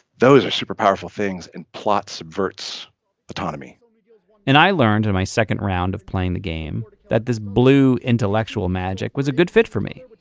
those are super powerful things and plot subverts autonomy and i learned in my second round of playing the game that this blue intellectual magic was a good fit for me.